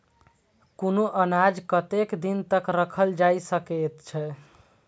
कुनू अनाज कतेक दिन तक रखल जाई सकऐत छै?